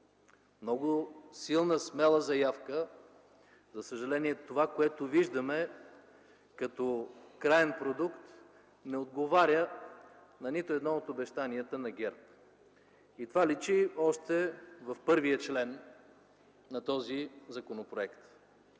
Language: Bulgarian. Много силна, смела заявка! За съжаление това, което виждаме като краен продукт, не отговаря на нито едно от обещанията на ГЕРБ. И това личи още в първия член на този законопроект,